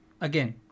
Again